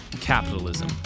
capitalism